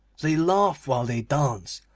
they laugh while they dance,